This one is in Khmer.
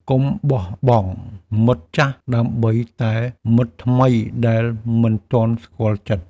កុំបោះបង់មិត្តចាស់ដើម្បីតែមិត្តថ្មីដែលមិនទាន់ស្គាល់ចិត្ត។